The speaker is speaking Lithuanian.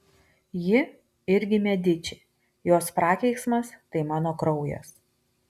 ji irgi mediči jos prakeiksmas tai mano kraujas